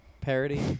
parody